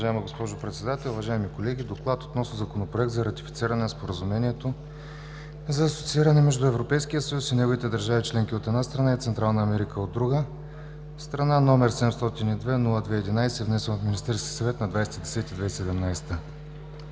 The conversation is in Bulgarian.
Уважаема госпожо Председател, уважаеми колеги: „ДОКЛАД относно Законопроект за ратифициране на Споразумението за асоцииране между Европейския съюз и неговите държави членки, от една страна, и Централна Америка, от друга страна, № 702-02-11, внесен от Министерския съвет на 20